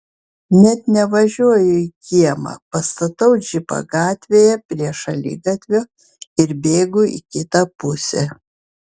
net nevažiuoju į kiemą pastatau džipą gatvėje prie šaligatvio ir bėgu į kitą pusę